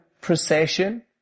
procession